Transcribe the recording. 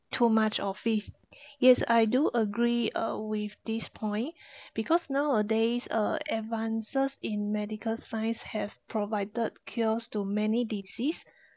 too much of it yes I do agree uh with this point because nowadays uh advances in medical science have provided cures too many disease